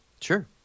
Sure